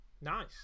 Nice